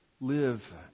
live